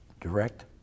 direct